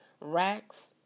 racks